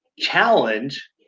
challenge